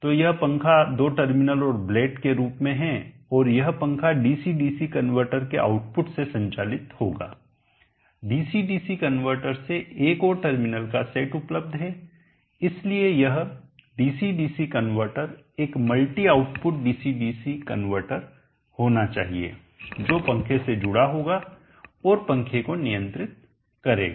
तो यह पंखा दो टर्मिनल और ब्लेड के रूप में है और यह पंखा डीसी डीसी कनवर्टर के आउटपुट से संचालित होगा डीसी डीसी कनवर्टर से एक और टर्मिनल का सेट उपलब्ध है इसलिए यह डीसी डीसी कनवर्टर एक multi output DC DC converter होना चाहिए जो पंखे से जुड़ा होगा और पंखे को नियंत्रित करेगा